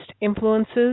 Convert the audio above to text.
influences